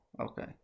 okay